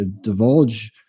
divulge